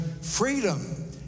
freedom